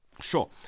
Sure